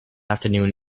afternoon